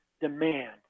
demand